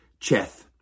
Cheth